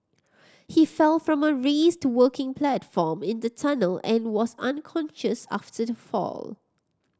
he fell from a raised working platform in the tunnel and was unconscious after the fall